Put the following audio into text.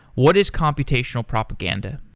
what is computational propaganda?